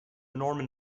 norman